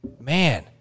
man